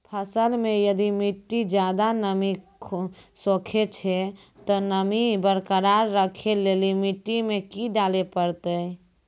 फसल मे यदि मिट्टी ज्यादा नमी सोखे छै ते नमी बरकरार रखे लेली मिट्टी मे की डाले परतै?